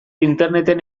interneten